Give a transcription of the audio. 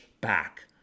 back